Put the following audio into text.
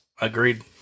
agreed